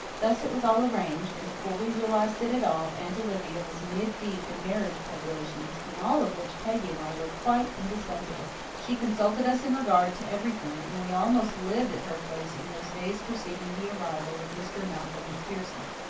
thus it was all arranged, and, before we realized it at all, aunt olivia was mid-deep in marriage preparations, in all of which peggy and i were quite indispensable. she consulted us in regard to everything, and we almost lived at her place in those days preceding the arrival of mr. malcolm macpherson.